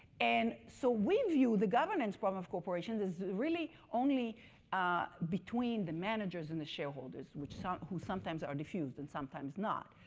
and so, we view the governance form of corporation as really only between the managers and the shareholders. so who sometimes are diffused and sometimes not.